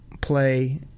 play